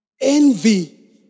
Envy